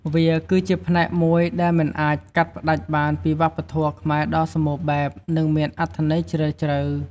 វាគឺជាផ្នែកមួយដែលមិនអាចកាត់ផ្តាច់បានពីវប្បធម៌ខ្មែរដ៏សម្បូរបែប និងមានអត្ថន័យជ្រាលជ្រៅ។